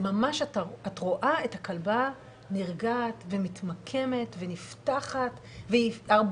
ממש את רואה את הכלבה נרגעת ומתמקמת ונפתחת.14